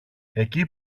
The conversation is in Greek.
εκεί